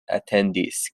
atendis